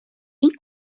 این